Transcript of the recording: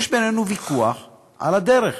יש בינינו ויכוח על הדרך,